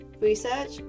research